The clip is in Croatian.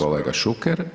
kolega Šuker.